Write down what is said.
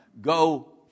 go